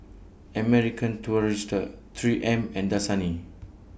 American Tourister three M and Dasani